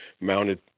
mounted